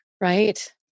Right